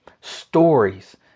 Stories